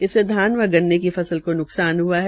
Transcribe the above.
इससे धान व गन्ने की फसल को न्कसान हआ है